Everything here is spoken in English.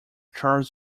charles